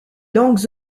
langues